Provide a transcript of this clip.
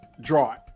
Draw